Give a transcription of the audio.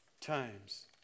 times